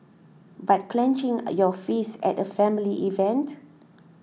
but clenching your fists at a family event